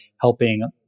helping